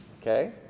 okay